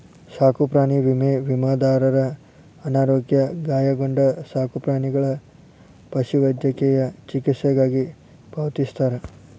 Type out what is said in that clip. ಸಾಕುಪ್ರಾಣಿ ವಿಮೆ ವಿಮಾದಾರರ ಅನಾರೋಗ್ಯ ಗಾಯಗೊಂಡ ಸಾಕುಪ್ರಾಣಿಗಳ ಪಶುವೈದ್ಯಕೇಯ ಚಿಕಿತ್ಸೆಗಾಗಿ ಪಾವತಿಸ್ತಾರ